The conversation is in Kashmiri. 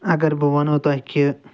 اگر بہٕ وَنو تۄہہِ کہ